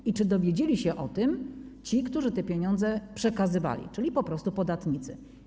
I czy dowiedzieli się o tym ci, którzy te pieniądze przekazywali, czyli po prostu podatnicy?